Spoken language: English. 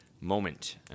moment